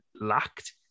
lacked